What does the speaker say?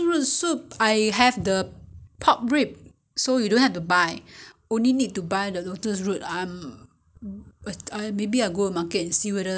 因为巴刹 eh 没有巴刹有 N_T_U_C 可能也是有要看一下啦 ya ya 我要去那个超级市场看一下有没有